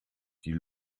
die